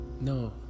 No